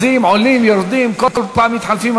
זזים, זזים, עולים, יורדים, כל פעם מתחלפים.